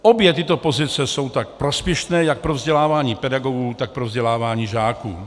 Obě tyto pozice jsou tak prospěšné jak pro vzdělávání pedagogů, tak pro vzdělávání žáků.